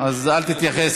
אז אל תתייחס.